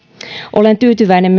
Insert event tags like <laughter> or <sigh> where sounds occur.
olen tyytyväinen <unintelligible>